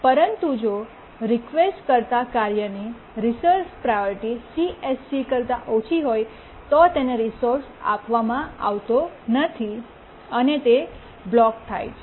પરંતુ જો રિકવેસ્ટ કરતા કાર્યની રિસોર્સ પ્રાયોરિટી CSC કરતા ઓછી હોય તો તેને રિસોર્સ આપવામાં આવતો નથી અને તે બ્લોક થાય છે